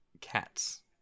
Cats